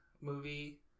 movie